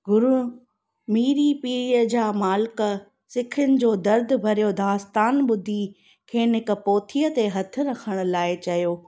गुरू मेरी पीढ़ीअ जा मालिकु सिखनि जो दर्दु भरियो दास्तानि ॿुधी खेनि हिकु पोथीअ ते हथु रखण लाइ चयो